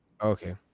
Okay